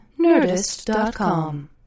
Nerdist.com